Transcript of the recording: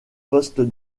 poste